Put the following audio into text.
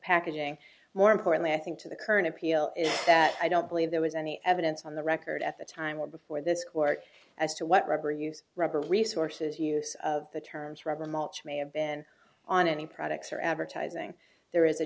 packaging more importantly i think to the current appeal is that i don't believe there was any evidence on the record at the time or before this court as to what rubber use rubber resources use of the terms rubber mulch may have been on any products or advertising there is a